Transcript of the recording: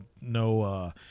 no